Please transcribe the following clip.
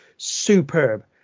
superb